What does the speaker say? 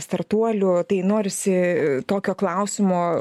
startuolių tai norisi tokio klausimo